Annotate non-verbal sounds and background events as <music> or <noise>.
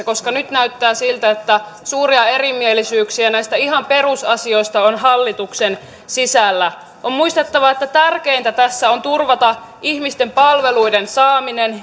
<unintelligible> koska nyt näyttää siltä että suuria erimielisyyksiä näistä ihan perusasioista on hallituksen sisällä on muistettava että tärkeintä tässä on turvata ihmisille palveluiden saaminen